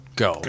go